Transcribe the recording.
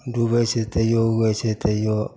डुबै छै तैओ उगै छै तैओ